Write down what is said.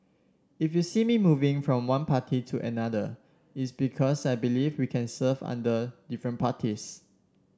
if you see me moving from one party to another it's because I believe we can serve under different parties